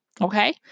okay